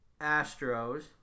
Astros